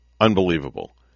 Unbelievable